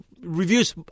reviews